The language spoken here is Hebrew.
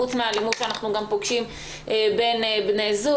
חוץ מהאלימות שאנחנו פוגשים גם בין בני זוג.